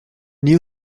new